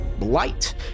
light